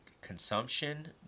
consumption